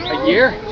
a year.